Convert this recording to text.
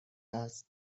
است